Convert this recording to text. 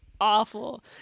awful